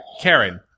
Karen